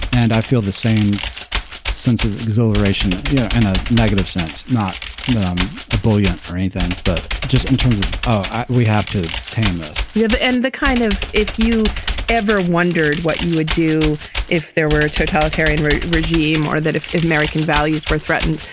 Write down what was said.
and i feel the same sense of exhilaration yeah and a negative sense not that i'm a brilliant or anything, but just in terms of of we have to tame us yeah to end the kind of if you ever wondered what you would do if there were a totalitarian regime or that if if american values were threatened,